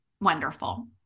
wonderful